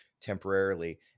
temporarily